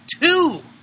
two